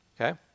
okay